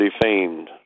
defamed